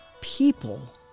people